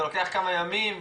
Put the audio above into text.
זה לוקח כמה ימים?